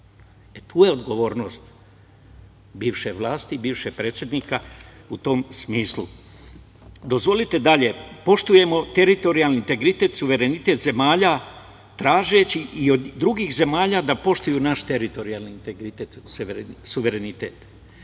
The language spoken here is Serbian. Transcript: E, tu je odgovornost bivše vlasti, bivšeg predsednika u tom smislu. Dozvolite dalje, poštujemo teritorijalni integritet i suverenitet zemalja, tražeći i od drugih zemalja da poštuju naš teritorijalni integritet i suverenitet.